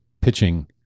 pitching